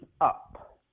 up